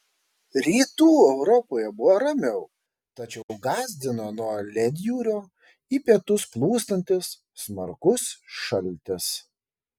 rytų europoje buvo ramiau tačiau gąsdino nuo ledjūrio į pietus plūstantis smarkus šaltis